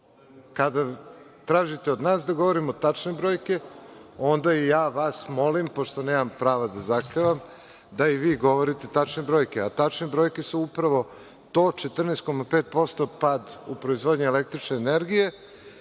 kad tražite od nas da govorimo tačne brojke, onda i ja vas molim, pošto nemam prava da zahtevam, da i vi govorite tačne brojke, a tačne brojke su upravo to 14,5% pad proizvodnje električne energije